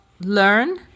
learn